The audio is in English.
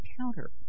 counter